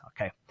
Okay